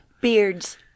Beards